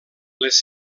les